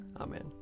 Amen